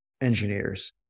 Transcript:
engineers